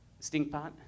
Stinkpot